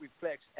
reflects